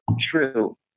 true